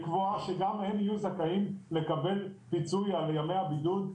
לקבוע שגם הם יהיו זכאים לקבל פיצוי על ימי בידוד.